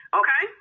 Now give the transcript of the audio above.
okay